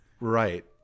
Right